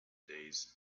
days